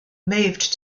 moved